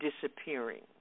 disappearing